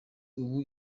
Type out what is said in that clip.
ubu